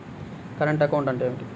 Current account అంటే ఏమిటి?